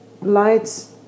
lights